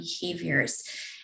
behaviors